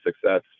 success